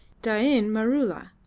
dain maroola.